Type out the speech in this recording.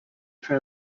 for